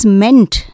meant